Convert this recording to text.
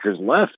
left